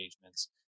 engagements